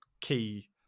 key